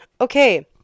Okay